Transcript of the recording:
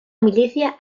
milicia